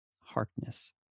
Harkness